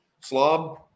slob